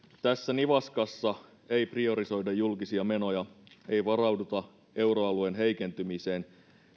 tässä nivaskassa ei priorisoida julkisia menoja ei varauduta euroalueen heikentymiseen